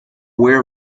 aware